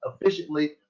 efficiently